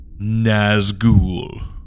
Nazgul